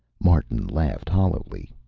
martin laughed hollowly.